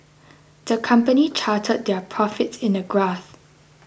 the company charted their profits in a graph